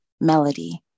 melody